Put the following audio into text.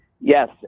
Yes